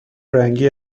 رنگی